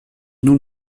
nun